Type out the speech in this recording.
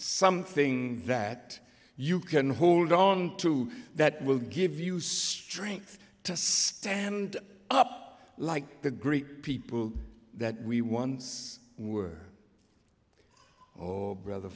something that you can hold on to that will give you some strength to stand up like the greek people that we once were or brother